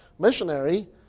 missionary